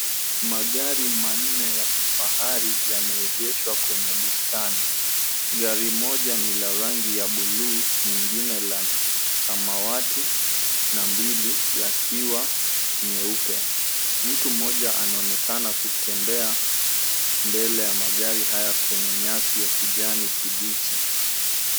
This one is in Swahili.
Magari manne ya kifahari yameegeshwa kwenye bustani. Gari moja ni la rangi ya buluu, nyingine la samwati na mbili yakiwa nyeupe. Mtu mmoja anaonekana kutembea mbele ya magari haya kwenye nyasi ya kijani kibichi.